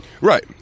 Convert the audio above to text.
Right